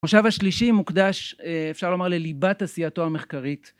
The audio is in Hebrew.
מושב השלישי מוקדש אפשר לומר לליבת עשייתו המחקרית